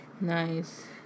Nice